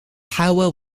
power